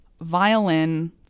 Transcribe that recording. violin